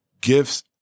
gifts